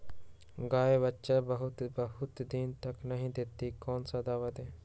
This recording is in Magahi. गाय बच्चा बहुत बहुत दिन तक नहीं देती कौन सा दवा दे?